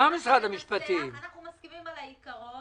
אנחנו מסכימים על העיקרון.